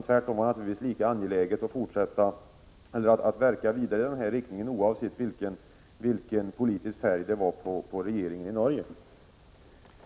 Tvärtom var det lika angeläget för oss att verka i samma riktning, oavsett vilken politisk färg regeringen i Norge hade.